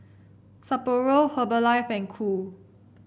Sapporo Herbalife and Qoo